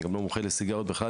אני גם לא מומחה לסיגריות בכלל,